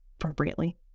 appropriately